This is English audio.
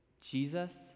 Jesus